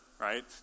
right